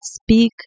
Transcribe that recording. speak